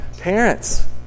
Parents